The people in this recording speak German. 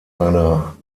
einer